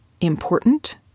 important